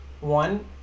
one